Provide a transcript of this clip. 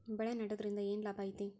ಬೆಳೆ ನೆಡುದ್ರಿಂದ ಏನ್ ಲಾಭ ಐತಿ?